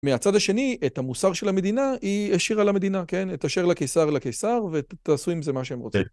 מהצד השני, את המוסר של המדינה, היא השאירה למדינה, כן? את אשר לקיסר לקיסר, ותעשו עם זה מה שהם רוצים.